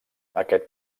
aquest